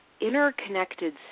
interconnected